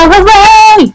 away